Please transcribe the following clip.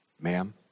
Ma'am